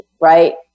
right